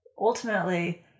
ultimately